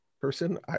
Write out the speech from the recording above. person